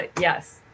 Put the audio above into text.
yes